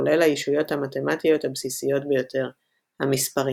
כולל הישויות המתמטיות הבסיסיות ביותר – המספרים.